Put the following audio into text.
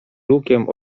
lukiem